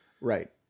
Right